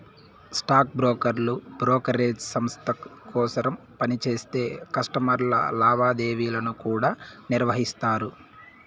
stock బ్రోకర్లు brokerage సంస్త కోసరం పనిచేస్తా కస్టమర్ల లావాదేవీలను కూడా నిర్వహిస్తారు